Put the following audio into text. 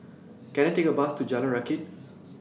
Can I Take A Bus to Jalan Rakit